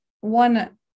one